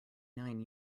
nine